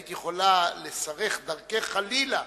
היית יכולה לשרך דרכך חלילה,